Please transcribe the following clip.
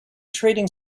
trading